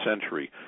century